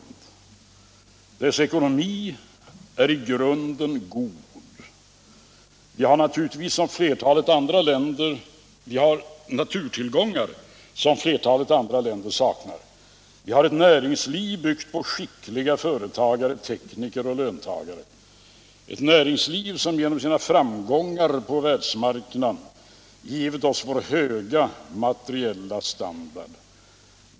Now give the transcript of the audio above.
Dess ekonomi är i grunden god. Vi har naturtillgångar som flertalet andra länder saknar. Vi har ett näringsliv byggt på skickliga företagare, tekniker och löntagare. Ett näringsliv som genom sina framgångar på världsmarknaden givit oss vår höga materiella standard.